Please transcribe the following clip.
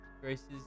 graces